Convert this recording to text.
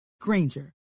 Granger